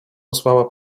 posłała